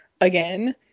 again